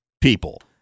people